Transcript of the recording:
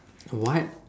what